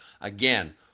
again